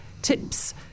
Tips